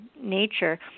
nature